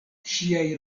ŝiaj